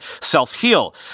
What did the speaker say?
self-heal